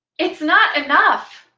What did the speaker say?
it's not enough.